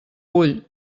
vull